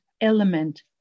element